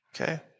Okay